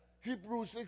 Hebrews